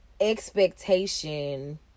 expectation